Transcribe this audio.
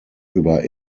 über